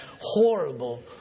horrible